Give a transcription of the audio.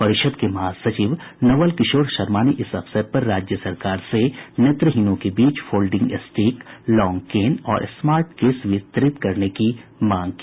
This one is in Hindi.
परिषद् के महासचिव नवल किशोर शर्मा ने इस अवसर पर राज्य सरकार से नेत्रहीनों के बीच फोल्डिंग स्टीक लॉन्ग केन और स्मार्ट केस वितरित करने की मांग की